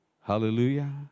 Hallelujah